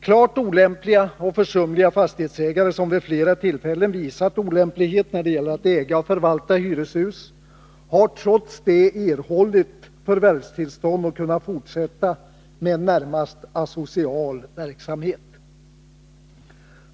Klart olämpliga och försumliga fastighetsägare, som vid flera tillfällen visat olämplighet när det gäller att äga och förvalta hyreshus, har trots detta erhållit förvärvstillstånd och kunnat fortsätta en närmast asocial verksamhet.